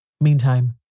Meantime